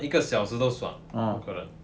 一个小时都爽不可能